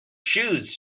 shoes